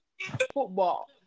football